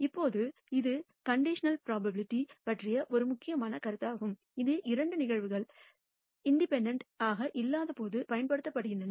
இப்போது இது conditional probability பற்றிய ஒரு முக்கியமான கருத்தாகும் இது இரண்டு நிகழ்வுகள் இண்டிபெண்டெண்ட் இல்லாதபோது பயன்படுத்தப்படுகிறது